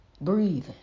breathing